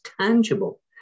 tangible